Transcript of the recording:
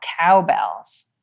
Cowbells